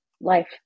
life